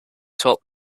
taught